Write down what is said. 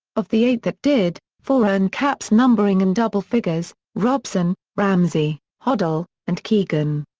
of the eight that did, four earned caps numbering in double-figures robson, ramsey, hoddle, and keegan.